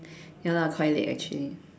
ya lah quite late actually